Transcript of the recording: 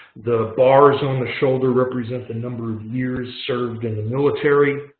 the bars on the shoulder represent the number of years served in the military.